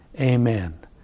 Amen